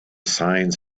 signs